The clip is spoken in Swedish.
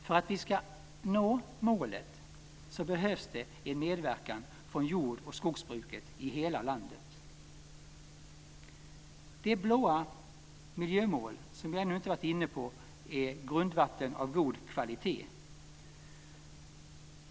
För att vi ska nå målet behövs det en medverkan från jord och skogsbruket i hela landet. Det blåa miljömål som jag ännu inte varit inne på är Grundvattten av god kvalitet.